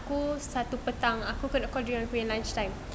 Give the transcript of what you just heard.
aku satu petang aku kena call during aku punya lunchtime